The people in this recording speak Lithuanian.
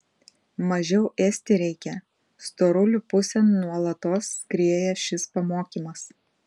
mažiau ėsti reikia storulių pusėn nuolatos skrieja šis pamokymas